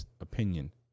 opinion